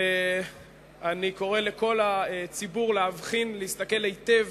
אני קורא לכל הציבור להבחין, להסתכל היטב